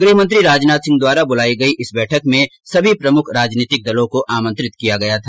गृह मंत्री राजनाथ सिंह द्वारा बुलाई गई इस बैठक में सभी प्रमुख राजनीतिक दलों को आमंत्रित किया गया था